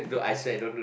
what you say